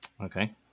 Okay